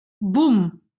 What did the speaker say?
boom